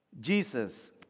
Jesus